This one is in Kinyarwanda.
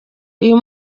uyu